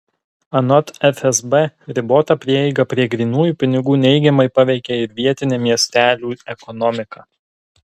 anot fsb ribota prieiga prie grynųjų pinigų neigiamai paveikia ir vietinę miestelių ekonomiką